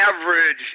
average